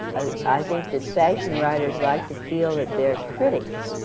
i think that fashion writers like to feel that they're critics,